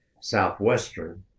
Southwestern